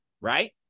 right